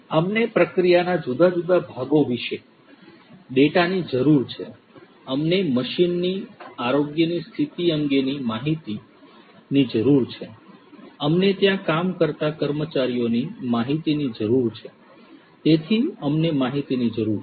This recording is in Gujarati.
અમને પ્રક્રિયાના જુદા જુદા ભાગો વિશે ડેટાની જરૂર છે અમને મશીનની આરોગ્યની સ્થિતિ અંગેની માહિતી ડેટા ની જરૂર છે અમને ત્યાં કામ કરતા કર્મચારીઓની માહિતી ડેટા ની જરૂર છે તેથીઅમને માહિતીની જરૂર છે